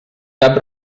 cap